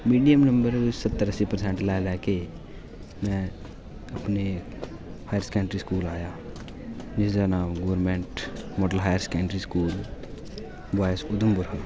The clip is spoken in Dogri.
मीडियम नंबर सत्तर अस्सी नंबर ले लेके में अपने हायर सकैंडरी स्कूल आया जिसदा नांऽ government higher secondary school boys Udhampur हा